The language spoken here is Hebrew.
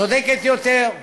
צודקת יותר,